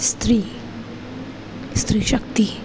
સ્ત્રી સ્ત્રી શક્તિ